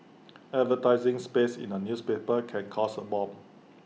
advertising space in A newspaper can cost A bomb